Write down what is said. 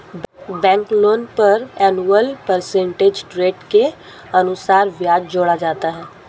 bank loan पर annual percentage rate के अनुसार ब्याज जोड़ा जाता है